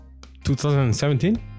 2017